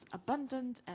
abundant